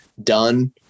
done